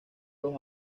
los